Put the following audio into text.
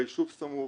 ביישוב סמוך,